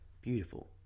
beautiful